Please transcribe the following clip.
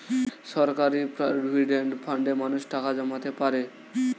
সরকারি প্রভিডেন্ট ফান্ডে মানুষ টাকা জমাতে পারে